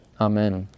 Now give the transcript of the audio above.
Amen